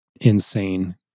insane